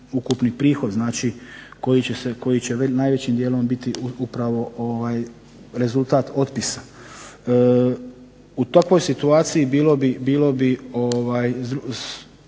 U takvoj situaciji bilo bi,